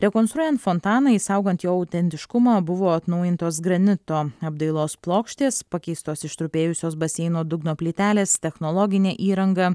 rekonstruojant fontaną išsaugant jo autentiškumą buvo atnaujintos granito apdailos plokštės pakeistos ištrupėjusios baseino dugno plytelės technologinė įranga